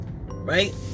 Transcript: right